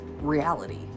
reality